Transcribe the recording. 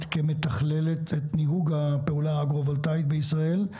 כמתכללת את ניהוג הפעולה האגרו-וולטאית בישראל,